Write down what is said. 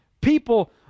People